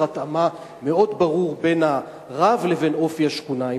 התאמה מאוד ברור בין הרב לבין אופי השכונה.